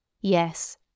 Yes